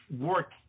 work